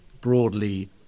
broadly